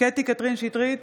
קטי קטרין שטרית,